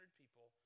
people